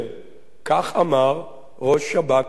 כך אמר ראש שב"כ לשעבר,